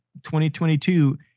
2022